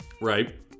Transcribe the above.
Right